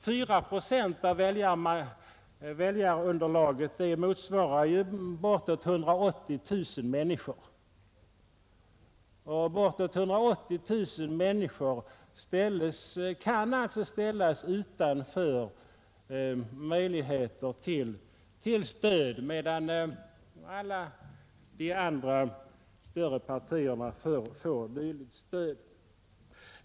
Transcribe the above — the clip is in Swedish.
4 procent av väljarunderlaget motsvarar bortåt 180 000 människor, som alltså kan ställas utanför möjligheter till stöd, medan alla de större partierna får dylikt stöd.